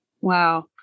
Wow